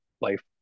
Life